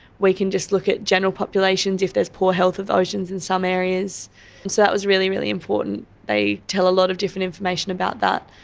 we can just look at general populations, if there is poor health of the oceans in some areas, and so that was really, really important. they tell a lot of different information about that.